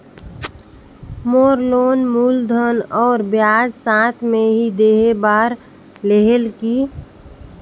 मोर loan मूलधन और ब्याज साथ मे ही देहे बार रेहेल की?